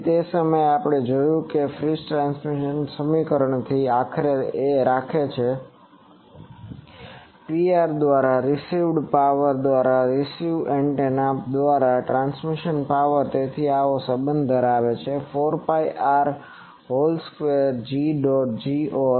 તેથી તે સમયે આપણે જોયું છે કે ફ્રીસ ટ્રાન્સમિશન સમીકરણથી આખરે એ રાખે છે કે Pr દ્વારા રીસીવ્ડ પાવર દ્વારા રીસીવ્ડ એન્ટેના દ્વારા ટ્રાન્સમીટેડ પાવર તેથી તેઓ આ સંબંધ ધરાવે છે 4 pi R whole square Got Gor